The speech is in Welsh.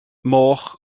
moch